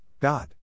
God